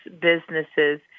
businesses